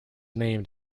named